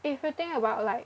if you think about like